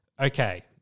okay